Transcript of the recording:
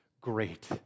great